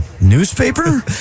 Newspaper